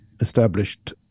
established